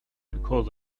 because